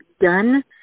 done